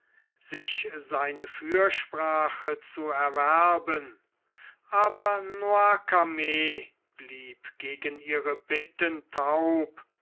sich seine fürsprache zu erwerben aber noircarmes blieb gegen ihre bitten taub